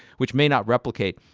which may not replicate.